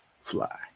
fly